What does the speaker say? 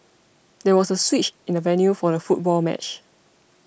there was a switch in the venue for the football match